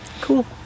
Cool